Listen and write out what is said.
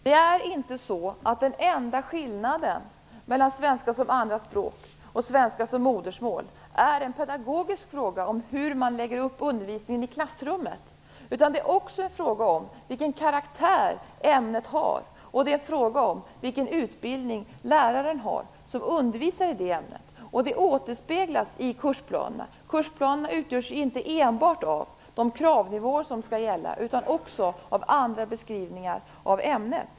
Herr talman! Den enda skillnaden mellan svenska som andra språk och svenska som modersmål är inte en pedagogisk fråga om hur man lägger upp undervisningen i klassrummet. Det är också en fråga om vilken karaktär ämnet har, och det är en fråga om vilken utbildning den lärare har som skall undervisa i ämnet. Detta återspeglas i kursplanerna. Kursplanerna utgörs inte enbart av de kravnivåer som skall gälla utan också av andra beskrivningar av ämnet.